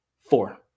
four